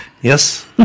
Yes